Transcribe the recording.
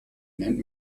nennt